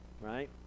right